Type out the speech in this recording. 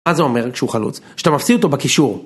מה זה אומר כשהוא חלוץ? שאתה מפסיד אותו בקישור.